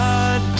God